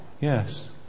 Yes